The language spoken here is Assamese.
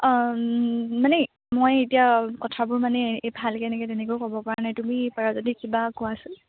মানে মই এতিয়া কথাবোৰ মানে এই ভালকৈ এনেকৈ তেনেকৈ ক'ব পৰা নাই তুমি এই পাৰা যদি কিবা কোৱাচোন